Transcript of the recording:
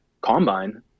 Combine